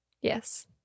Yes